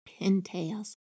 pintails